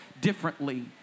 differently